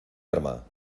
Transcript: arma